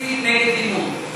שמסית נגד לימוד.